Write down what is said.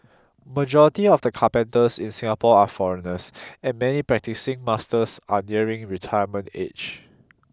majority of the carpenters in Singapore are foreigners and many practising masters are nearing retirement age